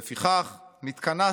"לפיכך נתכנסנו,